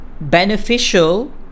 beneficial